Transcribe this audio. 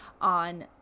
on